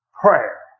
prayer